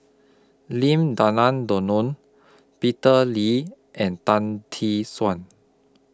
Lim Denan Denon Peter Lee and Tan Tee Suan